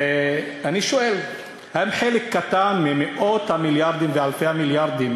ואני שואל: האם חלק קטן ממאות המיליארדים ואלפי המיליארדים